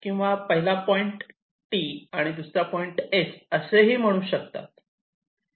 किंवा पहिला point T आणि दुसरा पॉईंट S असेही म्हणू शकतात